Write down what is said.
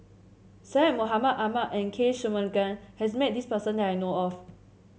Syed Mohamed Ahmed and K Shanmugam has met this person that I know of